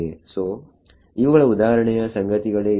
ಸೋಇವುಗಳ ಉದಾಹರಣೆಯ ಸಂತತಿಗಳೇ ಇವೆ